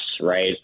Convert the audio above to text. right